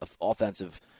offensive